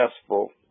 successful